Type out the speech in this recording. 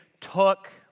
took